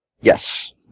Yes